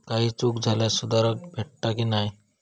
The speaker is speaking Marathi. काही चूक झाल्यास सुधारक भेटता की नाय?